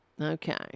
Okay